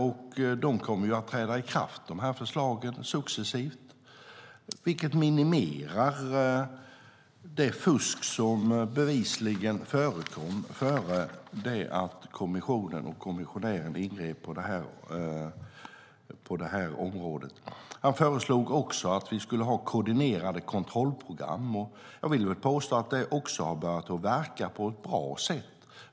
De här förslagen kommer att träda i kraft successivt, vilket minimerar det fusk som bevisligen förekom innan kommissionen och kommissionären ingrep på området. Kommissionären föreslog också att vi skulle ha koordinerade kontrollprogram. Jag vill påstå att även det har börjat verka på ett bra sätt.